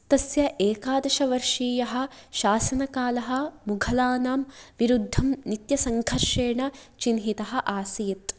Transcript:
तस्य एकादशवर्षीयः शासनकालः मुघलानां विरुद्धं नित्यसङ्घर्षेण चिह्नितः आसीत्